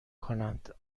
کنند